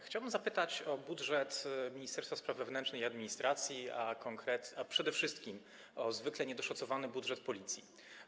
Chciałbym zapytać o budżet Ministerstwa Spraw Wewnętrznych i Administracji, a przede wszystkim o zwykle niedoszacowany budżet Policji.